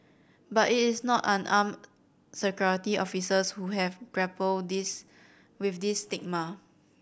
but it is not unarmed Security Officers who have to grapple this with this stigma